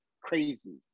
crazy